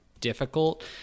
difficult